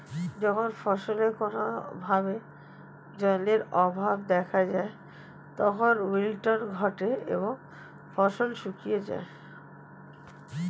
যখন ফসলে কোনো ভাবে জলের অভাব দেখা যায় তখন উইল্টিং ঘটে এবং ফসল শুকিয়ে যায়